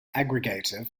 aggregator